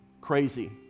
crazy